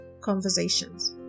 conversations